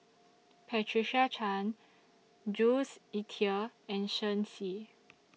Patricia Chan Jules Itier and Shen Xi